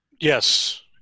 Yes